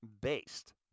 based